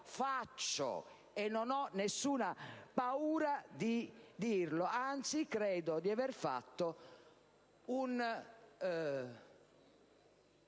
faccio, e non ho nessuna paura di dirlo! Anzi, credo di aver compiuto un